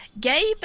Gabe